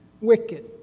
Wicked